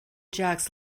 jocks